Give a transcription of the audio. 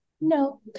No